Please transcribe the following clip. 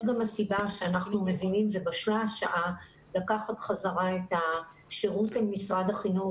גם הסיבה שאנחנו מבינים ובשלה שעה לקחת חזרה את השירות אל משרד החינוך.